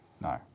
No